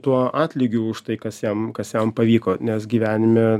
tuo atlygiu už tai kas jam kas jam pavyko nes gyvenime